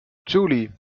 julie